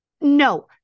no